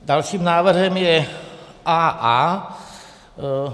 Dalším návrhem je A.A.